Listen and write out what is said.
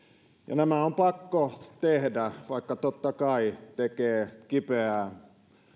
nämä on pakko tehdä vaikka totta kai tekee kipeää